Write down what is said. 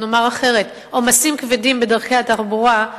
נאמר אחרת: עומסים כבדים בדרכי התחבורה,